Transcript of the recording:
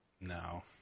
No